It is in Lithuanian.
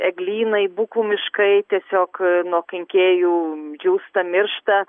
eglynai bukų miškai tiesiog nuo kenkėjų džiūsta miršta